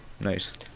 Nice